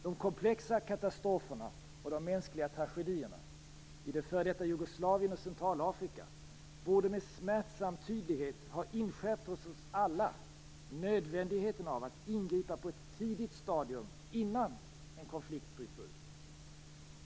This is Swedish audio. De komplexa katastroferna och de mänskliga tragedierna i f.d. Jugoslavien och Centralafrika borde med smärtsam tydlighet ha inskärpt hos oss alla nödvändigheten av att ingripa på ett tidigt stadium innan en konflikt bryter ut.